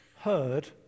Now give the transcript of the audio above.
heard